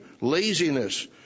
laziness